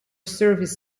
service